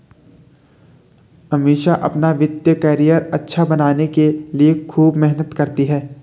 अमीषा अपना वित्तीय करियर अच्छा बनाने के लिए खूब मेहनत करती है